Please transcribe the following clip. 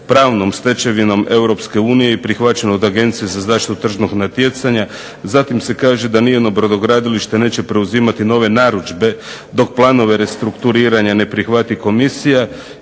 pravnom stečevinom EU i prihvaćen od Agencije za zaštitu tržišnog natjecanja. Zatim se kaže da nijedno brodogradilište neće preuzimati nove narudžbe dok planove restrukturiranja ne prihvati komisija